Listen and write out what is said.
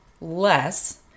less